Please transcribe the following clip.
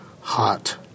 Hot